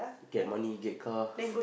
get money get car